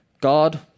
God